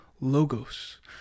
logos